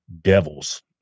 devils